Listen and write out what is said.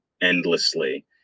endlessly